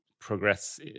progress